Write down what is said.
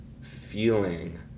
feeling